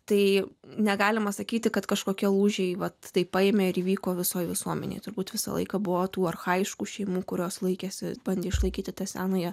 tai negalima sakyti kad kažkokie lūžiai vat tai paėmė ir įvyko visoje visuomenėje turbūt visą laiką buvo tų archajiškų šeimų kurios laikėsi bandė išlaikyti tą senąją